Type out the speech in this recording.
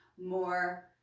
more